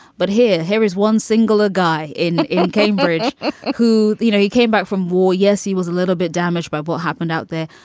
but here here is one single, a guy in in cambridge who, you know, he came back from war. yes. he was a little bit damaged by what happened out there.